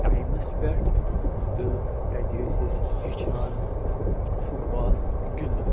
ٹایمَس پٮ۪ٹھ تہٕ تَتہِ ٲسۍ أسۍ ہیٚچھان فُٹ بال گِنٛدُن